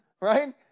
right